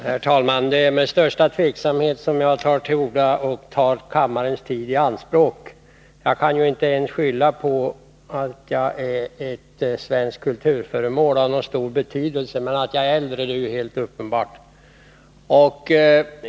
Herr talman! Det är med största tveksamhet som jag har begärt ordet för att ta kammarens tid i anspråk. Jag kan ju inte ens skylla på att jag är ett svenskt kuiturföremål av någon stor betydelse — men att jag är äldre är helt uppenbart!